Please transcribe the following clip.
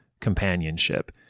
companionship